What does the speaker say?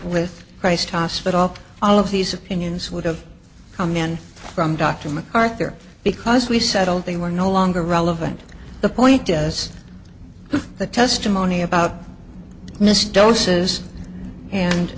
with christ hospital all of these opinions would have come in from dr macarthur because we settled they were no longer relevant to the point does the testimony about mr o sses and